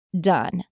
done